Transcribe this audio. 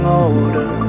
older